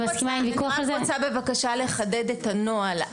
רוצה בבקשה לחדד את הנוהל.